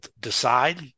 decide